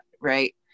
right